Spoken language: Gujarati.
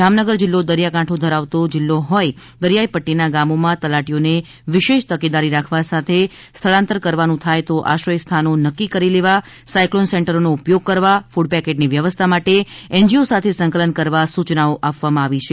જામનગર જિલ્લો દરિયાકાંઠો ધરાવતો જિલ્લો હોય દરિયાઈ પટ્ટીના ગામોમાં તલાટીઓને વિશેષ તકેદારી રાખવા સાથે સ્થળાંતર કરવાનુ થાય તો આશ્રયસ્થાનો નક્કી કરી લેવા સાયકલોન સેન્ટરોનો ઉપયોગ કરવા ફૂડ પેકેટની વ્યવસ્થા માટે એનજીઓ સાથે સંકલન કરવા સુચનાઓ આપવામાં આવી છે